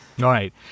Right